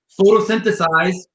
photosynthesize